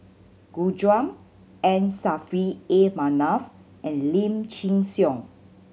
Gu Juan M Saffri A Manaf and Lim Chin Siong